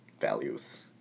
values